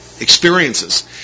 experiences